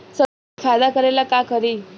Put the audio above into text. सरसो के अनाज फायदा करेला का करी?